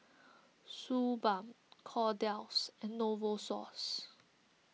Suu Balm Kordel's and Novosource